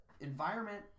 environment